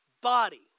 body